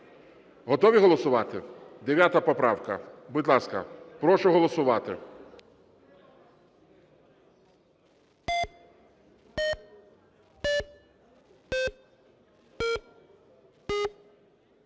Готові голосувати, 9 поправка? Будь ласка, прошу голосувати.